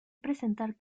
presentar